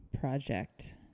project